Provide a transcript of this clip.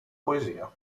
poesia